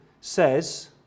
says